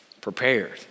Prepared